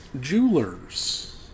Jewelers